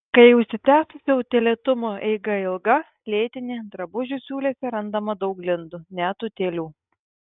kai užsitęsusio utėlėtumo eiga ilga lėtinė drabužių siūlėse randama daug glindų net utėlių